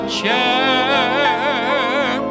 share